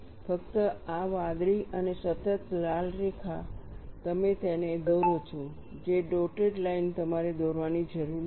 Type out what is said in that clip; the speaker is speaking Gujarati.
ફક્ત આ વાદળી અને સતત લાલ રેખા તમે તેને દોરો છો જે ડોટેડ લાઇન તમારે દોરવાની જરૂર નથી